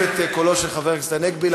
54 בעד, אין מתנגדים ואין נמנעים.